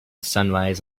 sunrise